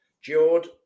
Jord